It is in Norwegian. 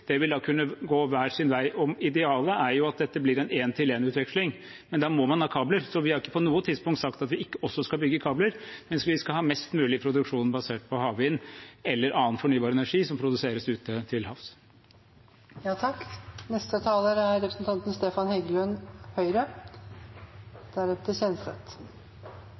vil da kunne gå hver sin vei. Idealet er jo at dette blir en én-til-én-utveksling, men da må man ha kabler. Så vi har ikke på noe tidspunkt sagt at vi ikke også skal bygge kabler, men vi skal ha mest mulig produksjon basert på havvind eller annen fornybar energi som produseres ute til havs. Det som er helt tydelig, er